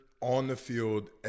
on-the-field